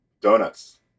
donuts